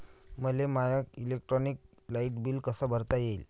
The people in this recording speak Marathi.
मले माय इलेक्ट्रिक लाईट बिल कस भरता येईल?